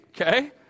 okay